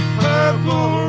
purple